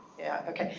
yeah, ok.